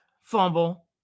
fumble